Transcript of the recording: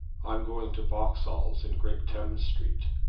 i am going to boxall's in great thames street.